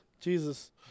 Jesus